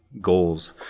goals